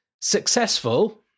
successful